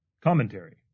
Commentary